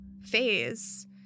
phase